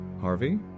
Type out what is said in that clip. Harvey